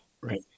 Right